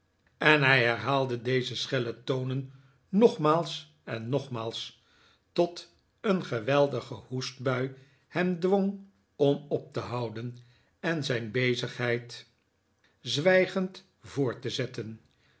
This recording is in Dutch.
en hij herhaalde deze schelle tonen nogmaals en nogmaals tot een geweldige hoestbui hem dwong om op te houden en zijn bezigheid zwijgend voort te zetten